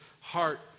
heart